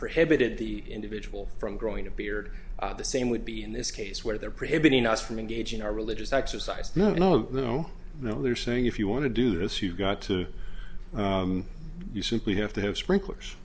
prohibited the individual from growing a beard the same would be in this case where they're preventing us from engaging our religious exercise no no no no they're saying if you want to do this you've got to you simply have to have sprinklers